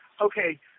okay